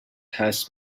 has